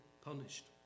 punished